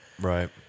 Right